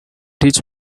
teach